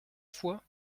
fois